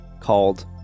called